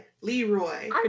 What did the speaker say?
Leroy